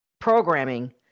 programming